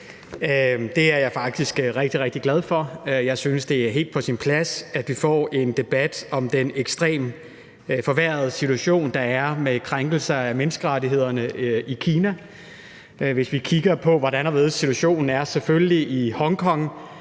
Den er jeg faktisk rigtig, rigtig glad for. Jeg synes, det er helt på sin plads, at vi får en debat om den ekstremt forværrede situation, der er, med krænkelser af menneskerettighederne i Kina. Hvis vi kigger på, hvordan situationen er i Hongkong,